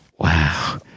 Wow